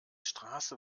straße